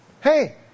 hey